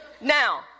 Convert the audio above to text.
Now